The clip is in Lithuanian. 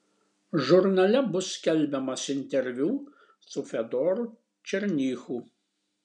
žurnale bus skelbiamas interviu su fedoru černychu